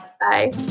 Bye